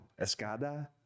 Escada